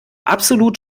absolut